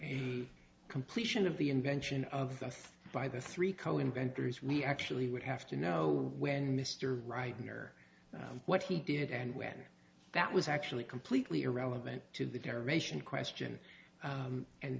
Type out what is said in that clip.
the completion of the invention of the by the three co inventors we actually would have to know when mr right near what he did and when that was actually completely irrelevant to the derivation question